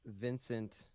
Vincent